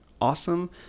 Awesome